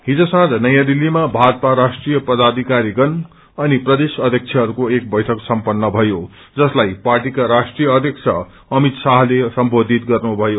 हिज सोँझ नयाँ दिल्लीमा भाजपा राष्ट्रिय पदाधिकारीगण अनि प्रदेश अध्यक्षहरूको एक बैइक सम्पन्न भयो जसलाई पार्टीका राष्ट्रिय अध्यक्ष अभित शाहले सम्बोषित गर्नुभयो